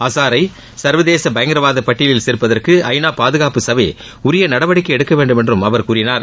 அசாரை சா்வதேச பயங்கரவாத பட்டியலில் சோப்பதற்கு ஐநா பாதுகாப்பு சபை உரிய நடவடிக்கை எடுக்க வேண்டுமென்றும் அவர் கூறினார்